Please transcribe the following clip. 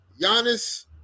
Giannis